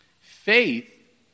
faith